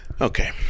Okay